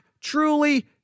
truly